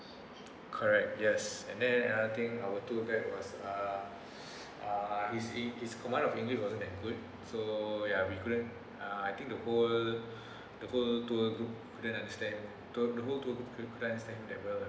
correct yes and then I think our tour guide was uh uh his eng~ his command of english wasn't that good so ya we couldn't uh I think the whole the whole tour group couldn't understand tour group whole tour group couldn't that well lah